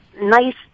nice